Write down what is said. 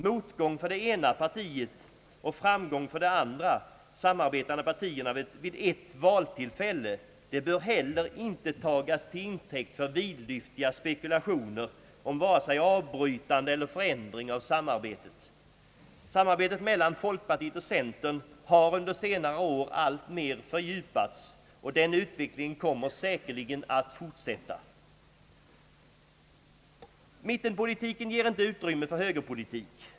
Motgång för det ena och framgång för det ena av de två samarbetande partierna vid ett valtillfälle bör heller inte tagas till intäkt för vidlyftiga spekula tioner om vare sig avbrytande eller förändring av samarbetet. Samarbetet mellan folkpartiet och centern har under senare år alltmera fördjupats, och den utvecklingen kommer säkerligen att fortsätta. Mittenpolitiken ger inte utrymme för högerpolitik.